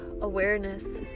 awareness